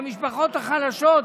למשפחות החלשות.